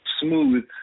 smooth